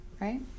right